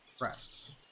rests